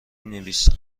نویسم